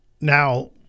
Now